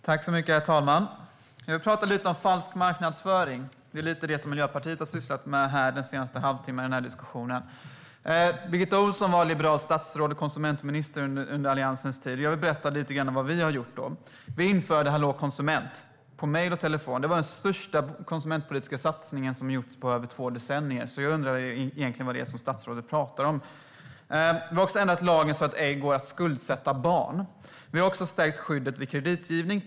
Herr talman! Jag vill prata lite om falsk marknadsföring, det som Miljöpartiet har sysslat med i diskussionen under den senaste halvtimmen. Birgitta Ohlsson var liberalt statsråd och konsumentminister under Alliansens tid. Jag vill berätta lite om vad vi har gjort. Vi införde Hallå konsument, både på mejl och telefon. Det var den största konsumentpolitiska satsningen som har gjorts på över två decennier, så jag undrar egentligen vad statsrådet pratar om. Vi har också ändrat lagen så att det ej går att skuldsätta barn. Vi har stärkt skyddet vid kreditgivning.